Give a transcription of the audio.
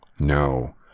No